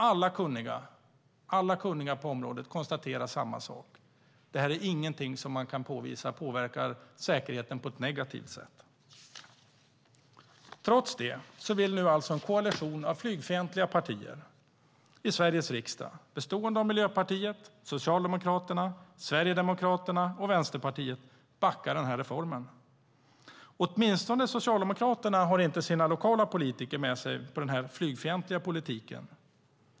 Alla kunniga på området konstaterade samma sak: Detta är inget man kan påvisa påverkar säkerheten på ett negativt sätt. Trots det vill en koalition av flygfientliga partier i Sveriges riksdag bestående av Miljöpartiet, Socialdemokraterna, Sverigedemokraterna och Vänsterpartiet backa denna reform. Åtminstone Socialdemokraterna har inte sina lokala politiker med sig på den flygfientliga politiken.